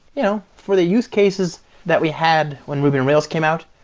you know for the use cases that we had when ruby on rails came out,